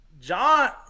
John